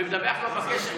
ומדווח לו בקשר,